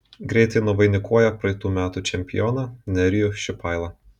greitai nuvainikuoja praeitų metų čempioną nerijų šipailą